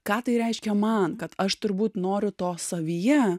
ką tai reiškia man kad aš turbūt noriu to savyje